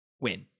win